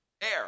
Air